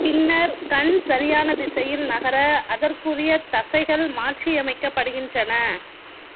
பின்னர் கண் சரியான திசையில் நகர அதற்குரிய தசைகள் மாற்றியமைக்கப்படுகின்றன